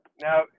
Now